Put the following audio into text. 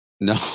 No